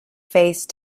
face